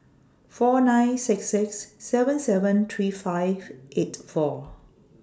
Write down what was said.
four nine six six seven seven three five eight four